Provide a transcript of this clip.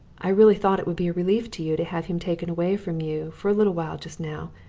i really thought it would be a relief to you to have him taken away from you for a little while just now,